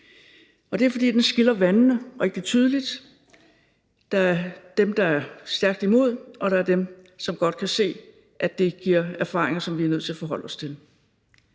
år. Det er, fordi det skiller vandene rigtig tydeligt. Der er dem, der er stærkt imod, og der er dem, som godt kan se, at det giver erfaringer, som vi er nødt til at forholde os til.